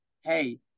hey